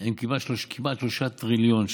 הם כמעט 3 טריליון שקלים,